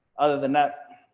other than that,